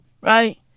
Right